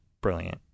brilliant